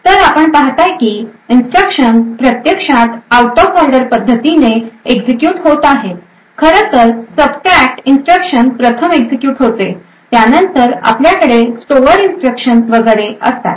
तर आपण पाहता की इन्स्ट्रक्शन प्रत्यक्षात आऊट ऑफ ऑर्डर पद्धतीने एक्झिक्युट होत आहेत खरं तर सबट्रॅक्ट इन्स्ट्रक्शन प्रथम एक्झिक्युट होते त्यानंतर आपल्याकडे स्टोअर इंस्ट्रक्शन वगैरे असतात